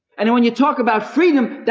and when you talk about freedom,